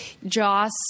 Joss